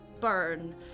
burn